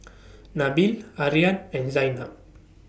Nabil Aryan and Zaynab